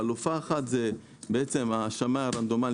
חלופה אחת זה השמאי הרנדומלי,